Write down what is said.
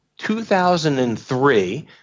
2003